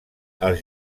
els